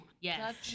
Yes